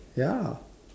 ya